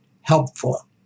helpful